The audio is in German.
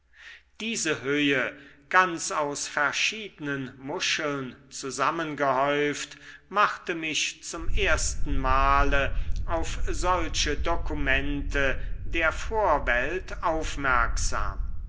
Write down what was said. diese höhe ganz aus verschiedenen muscheln zusammengehäuft machte mich zum ersten male auf solche dokumente der vorwelt aufmerksam